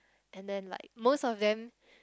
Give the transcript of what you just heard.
and then like most of them